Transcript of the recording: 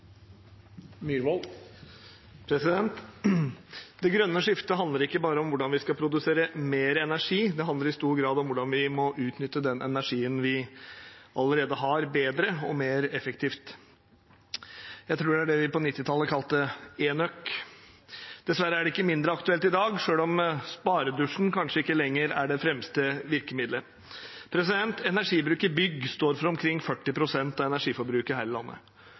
Det grønne skiftet handler ikke bare om hvordan vi skal produsere mer energi; det handler i stor grad om hvordan vi må utnytte den energien vi allerede har, bedre og mer effektivt. Jeg tror det er det vi på 1990-tallet kalte enøk. Dessverre er det ikke mindre aktuelt i dag, selv om sparedusjen kanskje ikke lenger er det fremste virkemidlet. Energibruk i bygg står for omkring 40 pst. av energiforbruket her i landet.